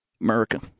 America